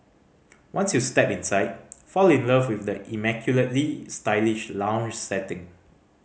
once you step inside fall in love with the immaculately stylish lounge setting